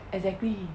exactly